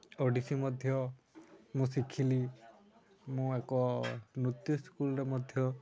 ଓଡ଼ିଶୀ ମଧ୍ୟ ମୁଁ ଶିଖିଲି ମୁଁ ଏକ ନୃତ୍ୟ ସ୍କୁଲ୍ରେ ମଧ୍ୟ